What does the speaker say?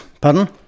Pardon